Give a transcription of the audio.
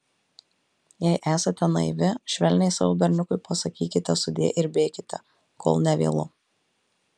jei esate naivi švelniai savo berniukui pasakykite sudie ir bėkite kol nevėlu